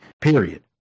period